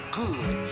good